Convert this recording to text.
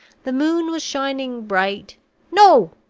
the moon was shining bright no!